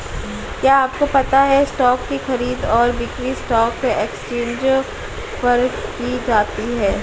क्या आपको पता है स्टॉक की खरीद और बिक्री स्टॉक एक्सचेंजों पर की जाती है?